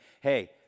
hey